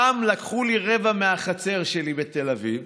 גם לקחו לי רבע מהחצר שלי בתל אביב,